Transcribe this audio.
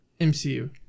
MCU